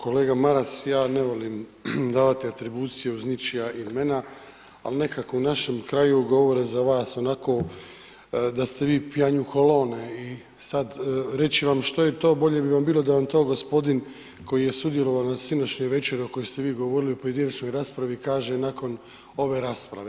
Kolega Maras, ja ne volim davati atribuciju uz ničija imena, ali nekako u našem kraju govore za vas onako da ste vi … i sada reći vam što je to, bolje bi vam bilo da vam to gospodin koji je sudjelovao na sinoćnjoj večeri o kojoj ste vi govorili u pojedinačnoj raspravi kaže nakon ove rasprave.